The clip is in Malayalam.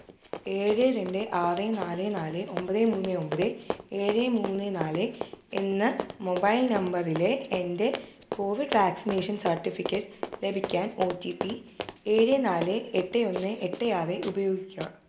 ഏഴ് രണ്ട് ആറ് നാല് നാല് ഒൻപത് മൂന്ന് ഒൻപത് ഏഴ് മൂന്ന് നാല് എന്ന മൊബൈൽ നമ്പറിലെ എന്റെ കോവിഡ് വാക്സിനേഷൻ സർട്ടിഫിക്കറ്റ് ലഭിക്കാൻ ഒ റ്റി പി ഏഴ് നാല് എട്ട് ഒന്ന് എട്ട് ആറ് ഉപയോഗിക്കുക